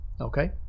okay